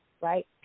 right